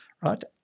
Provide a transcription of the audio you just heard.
right